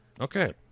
Okay